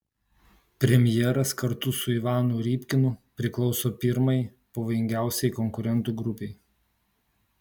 premjeras kartu su ivanu rybkinu priklauso pirmai pavojingiausiai konkurentų grupei